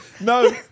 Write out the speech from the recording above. No